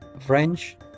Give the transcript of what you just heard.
French